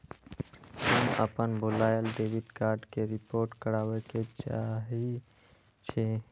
हम अपन भूलायल डेबिट कार्ड के रिपोर्ट करावे के चाहई छी